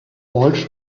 walsh